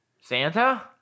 Santa